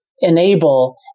enable